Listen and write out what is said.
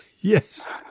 yes